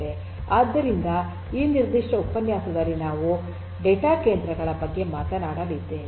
ಆದ್ದರಿಂದ ಈ ನಿರ್ದಿಷ್ಟ ಉಪನ್ಯಾಸದಲ್ಲಿ ನಾವು ಡೇಟಾ ಕೇಂದ್ರಗಳ ಬಗ್ಗೆ ಮಾತನಾಡಲಿದ್ದೇವೆ